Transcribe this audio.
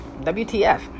WTF